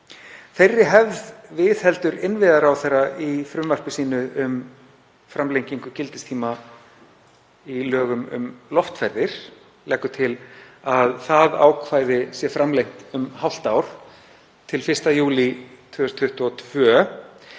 Þeirri hefð viðheldur innviðaráðherra í frumvarpi sínu um framlengingu gildistíma í lögum um loftferðir, leggur til að ákvæðið sé framlengt um hálft ár, til 1. júlí 2022.